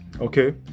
Okay